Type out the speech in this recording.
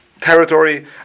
territory